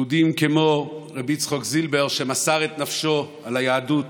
יהודים כמו ר' יצחק זילבר, שמסר את נפשו על היהדות